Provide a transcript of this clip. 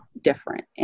different